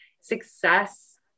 success